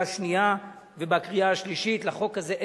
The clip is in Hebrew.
השנייה ובקריאה השלישית לחוק הזה.